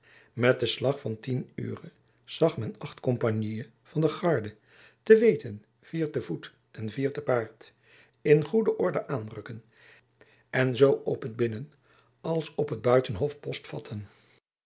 met den slag van tien ure zag men acht kompagniën van de garde te weten vier te voet en vier te paard jacob van lennep elizabeth musch in goede orde aanrukken en zoo op het binnen als op het buitenhof post vatten